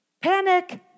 Panic